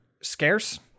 scarce